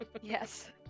Yes